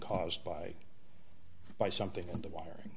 caused by by something on the wiring